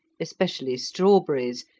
especially strawberries,